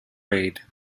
raid